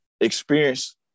experience